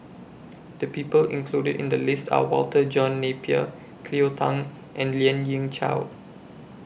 The People included in The list Are Walter John Napier Cleo Thang and Lien Ying Chow